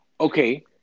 Okay